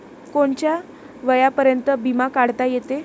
कोनच्या वयापर्यंत बिमा काढता येते?